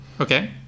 Okay